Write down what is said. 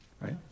Right